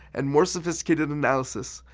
and more sophisticated analysis,